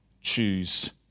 choose